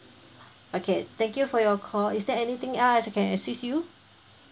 okay thank you for your call is there anything else I can assist you